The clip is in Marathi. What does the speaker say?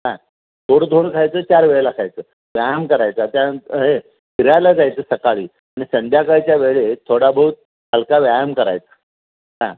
काय थोडं थोडं खायचं चार वेळेला खायचं व्यायाम करायचा त्यानंतर हे फिरायला जायचं सकाळी आणि संध्याकाळच्या वेळेत थोडाबहुत हलका व्यायाम करायचा हां